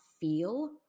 feel